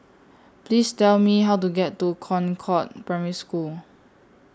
Please Tell Me How to get to Concord Primary School